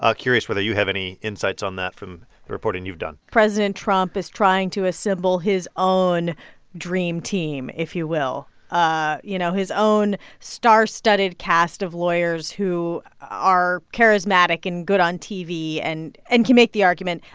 ah curious whether you have any insights on that from the reporting you've done president trump is trying to assemble his own dream team, if you will, ah you know, his own star-studded cast of lawyers who are charismatic and good on tv and and can make the argument.